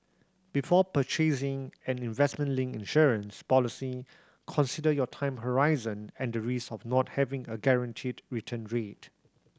before purchasing an investment linked insurance policy consider your time horizon and the risk of not having a guaranteed return rate